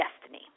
destiny